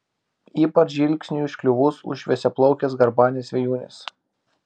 ypač žvilgsniui užkliuvus už šviesiaplaukės garbanės vėjūnės